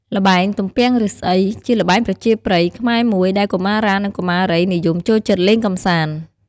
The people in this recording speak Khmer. ល្បែង ទំពាំងឬស្សី ជាល្បែងប្រជាប្រិយខ្មែរមួយដែលកុមារា និងកុមារីនិយមចូលចិត្តលេងកំសាន្ត។